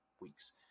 Weeks